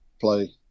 play